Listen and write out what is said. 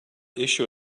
issue